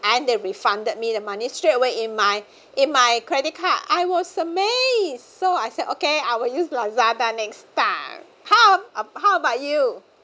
and they refunded me the money straight away in my in my credit card I was amazed so I said okay I will use lazada next time how how about you